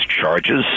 charges